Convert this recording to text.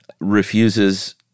refuses